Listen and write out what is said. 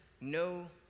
no